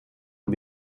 und